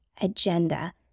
agenda